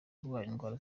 indwara